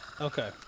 Okay